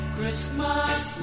Christmas